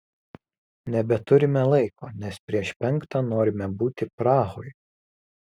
nebeturime laiko nes prieš penktą norime būti prahoj